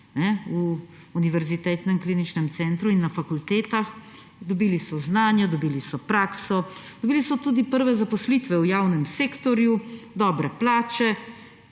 v univerzitetnem kliničnem centru in na fakultetah, dobili so znanje, dobili so prakso, dobili so tudi prve zaposlitve v javnem sektorju, dobre plače.